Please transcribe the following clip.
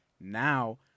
Now